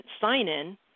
sign-in